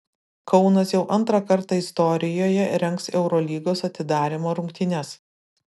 kaunas jau antrą kartą istorijoje rengs eurolygos atidarymo rungtynes